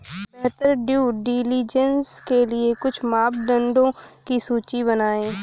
बेहतर due diligence के लिए कुछ मापदंडों की सूची बनाएं?